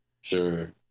Sure